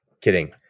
kidding